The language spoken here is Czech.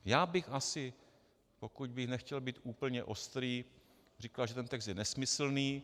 Já bych asi, pokud bych nechtěl být úplně ostrý, řekl, že ten text je nesmyslný.